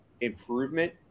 improvement